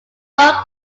smoke